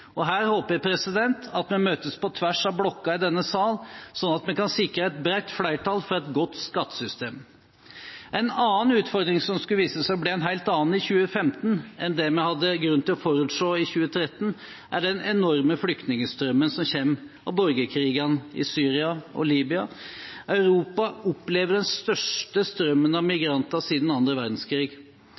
verdiskaping. Her håper jeg at vi møtes på tvers av blokker i denne sal, slik at vi sikrer et bredt flertall for et godt skattesystem. En annen utfordring som skulle vise seg å bli en helt annen i 2015 enn noen hadde grunn til å forutse i 2013, er den enorme flyktningstrømmen som kommer av borgerkrigene i Syria og Libya. Europa opplever den største strømmen av migranter siden annen verdenskrig,